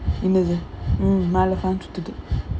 என்னது மேல:ennathu mela fan சுத்துது:suthuthu